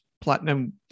platinum